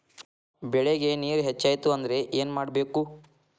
ಬೆಳೇಗ್ ನೇರ ಹೆಚ್ಚಾಯ್ತು ಅಂದ್ರೆ ಏನು ಮಾಡಬೇಕು?